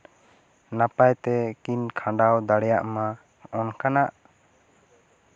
ᱱᱟᱯᱟᱭ ᱛᱮ ᱠᱤᱱ ᱠᱷᱟᱸᱰᱟᱣ ᱫᱟᱲᱮᱭᱟᱜᱼᱢᱟ ᱚᱱᱠᱟᱱᱟᱜ